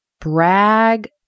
brag